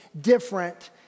different